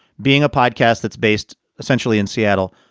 being a podcast that's based essentially in seattle,